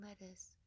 lettuce